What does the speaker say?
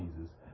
Jesus